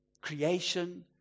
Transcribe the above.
creation